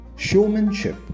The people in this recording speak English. showmanship